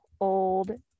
old